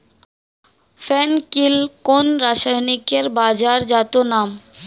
ফেন কিল কোন রাসায়নিকের বাজারজাত নাম?